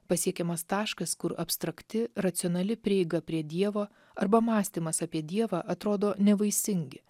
pasiekiamas taškas kur abstrakti racionali prieiga prie dievo arba mąstymas apie dievą atrodo nevaisingi